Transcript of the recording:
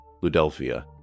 Ludelphia